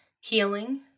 healing